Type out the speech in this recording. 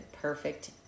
perfect